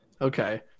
Okay